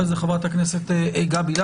אחרי זה חברת הכנסת לסקי,